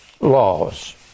laws